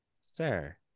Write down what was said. sir